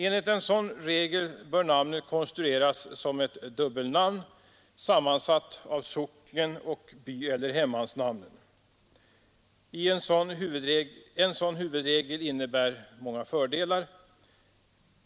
Enligt en sådan regel som jag förordar bör namnet konstrueras som ett dubbelnamn sammansatt av sockenoch byeller hemmansnamnen. En sådan huvudregel innebär många fördelar.